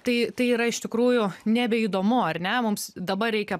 tai tai yra iš tikrųjų nebeįdomu ar ne mums dabar reikia